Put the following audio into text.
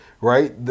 right